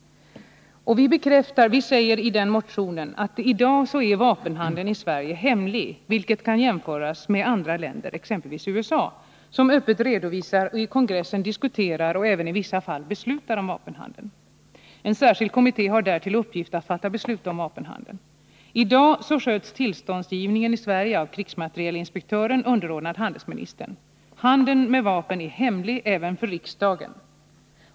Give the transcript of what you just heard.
Vi säger i denna motion att vapenhandeln i dag är hemlig i Sverige. Detta kan jämföras med andra länder, exempelvis USA, där man öppet redovisar och i kongressen diskuterar och även i vissa fall beslutar om vapenhandeln. En särskild kommitté har där till uppgift att fatta beslut om vapenhandeln. I Sverige sköts i dag tillståndsgivningen av krigsmaterielinspektören underordnad handelsministern. Handeln med vapen är hemlig även för riksdagen.